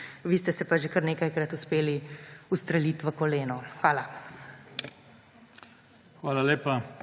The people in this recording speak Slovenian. vi ste se pa že kar nekajkrat uspeli ustreliti v koleno. Hvala.